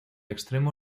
extremo